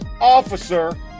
officer